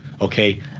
Okay